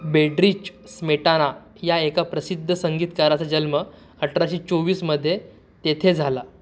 Bedrich Smetana या एका प्रसिद्ध संगीतकाराचा जन्म अठराशे चोवीसमध्ये तेथे झाला